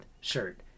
shirt